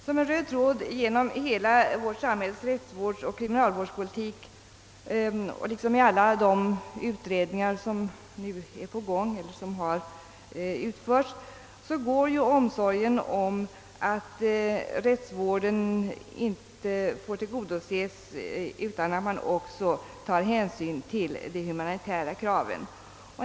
Som en röd tråd genom hela vårt samhälles rättsvårdsoch kriminalvårdspolitik liksom i alla de utredningar som nu är på gång eller har avslutat sitt arbete går inte endast omsorgen om att rättsvården skall tillgodoses utan också att man skall ta hänsyn till de humanitära kraven.